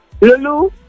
Lulu